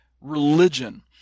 religion